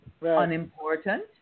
unimportant